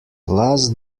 lass